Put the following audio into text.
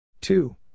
two